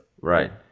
right